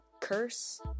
Curse